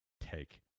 take